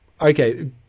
Okay